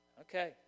Okay